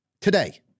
Today